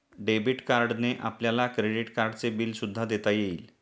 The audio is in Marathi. डेबिट कार्डने आपल्याला क्रेडिट कार्डचे बिल सुद्धा देता येईल